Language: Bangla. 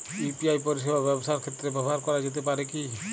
ইউ.পি.আই পরিষেবা ব্যবসার ক্ষেত্রে ব্যবহার করা যেতে পারে কি?